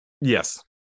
Yes